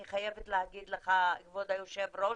אני חייבת להגיד לך, כבוד היושב ראש,